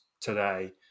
today